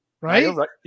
right